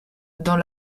dans